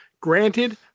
Granted